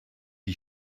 die